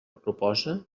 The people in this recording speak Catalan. proposa